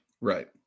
Right